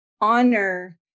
honor